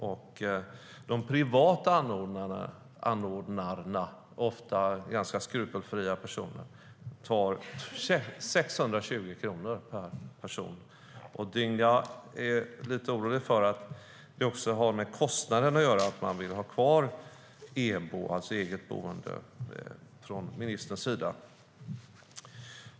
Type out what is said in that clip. Och de privata anordnarna, ofta ganska skrupelfria personer, tar 620 kronor per person och dygn. Jag är lite orolig för att det också har med kostnaden att göra att man vill ha kvar EBO, eget boende, från ministerns sida.